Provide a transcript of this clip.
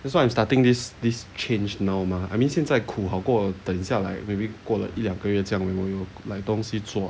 that's what I'm starting this this change now mah I mean 现在苦好过等下 like maybe 过一两个月这样我有东西做